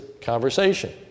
conversation